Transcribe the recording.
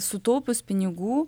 sutaupius pinigų